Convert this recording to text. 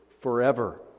forever